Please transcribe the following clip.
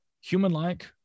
human-like